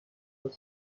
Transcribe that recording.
ریاض